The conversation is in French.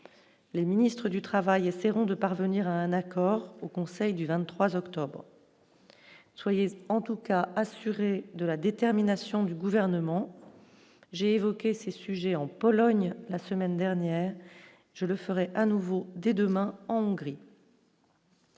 les ministres du Travail essaieront de parvenir à un accord au Conseil du 23 octobre soyez, en tout cas assuré de la détermination du gouvernement j'ai évoqué ces sujets en Pologne, la semaine dernière, je le ferais à nouveau dès demain en Hongrie.